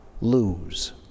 lose